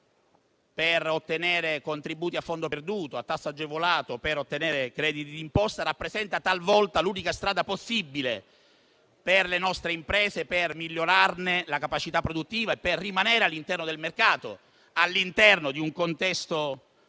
per ottenere contributi a fondo perduto o a tasso agevolato e per ottenere crediti di imposta rappresenta talvolta l'unica strada possibile, per le nostre imprese, per migliorare la capacità produttiva e per rimanere all'interno del mercato, cioè all'interno di un contesto